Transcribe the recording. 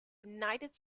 united